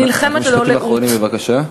אני נלחמת ללא לאות, רק משפטים אחרונים, בבקשה.